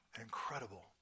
incredible